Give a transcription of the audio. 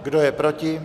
Kdo je proti?